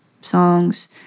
songs